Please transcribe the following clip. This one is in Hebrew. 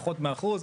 פחות מאחוז.